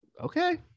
Okay